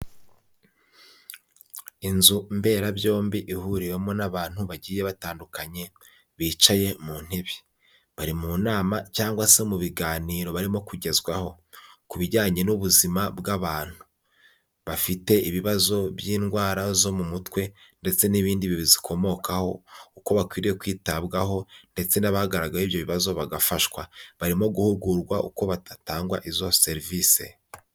Inzu mberabyombi ihuriwemo n'abantu bagiye batandukanye bicaye mu ntebe, bari mu nama cyangwa se mu biganiro barimo kugezwaho ku bijyanye n'ubuzima bw'abantu bafite ibibazo by'indwara zo mu mutwe ndetse n'ibindi bizikomokaho, uko bakwiriye kwitabwaho, ndetse n'abagaragayeho ibyo bibazo bagafashwa, barimo guhugurwa uko hatangwa izo serivisi.